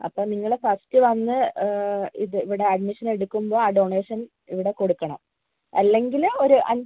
അപ്പം നിങ്ങൾ ഫസ്റ്റ് വന്ന് ഇത് ഇവിടെ അഡ്മിഷൻ എടുക്കുമ്പോൾ ആ ഡോണേഷൻ ഇവിടെ കൊടുക്കണം അല്ലെങ്കിൽ ഒരു